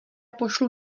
pošlu